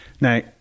Now